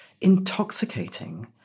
intoxicating